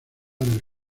del